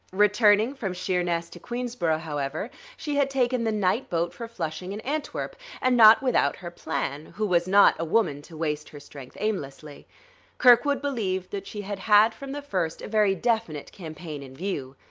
returning from sheerness to queensborough, however, she had taken the night boat for flushing and antwerp and not without her plan, who was not a woman to waste her strength aimlessly kirkwood believed that she had had from the first a very definite campaign in view.